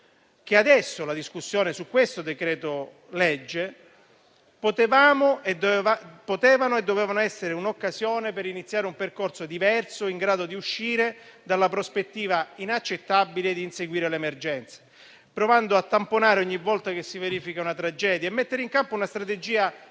adesso la discussione su questo decreto-legge potevano e dovevano essere l'occasione per iniziare un percorso diverso, in grado di uscire dalla prospettiva inaccettabile di inseguire le emergenze, provando a tamponare ogni volta che si verifica una tragedia e mettere in campo una strategia